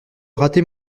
rater